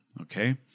okay